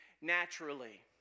naturally